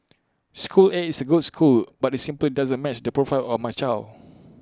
school A is A good school but IT simply doesn't match the profile of my child